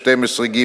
12(ג),